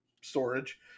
storage